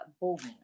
booming